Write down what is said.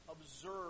observe